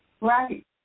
Right